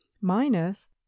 minus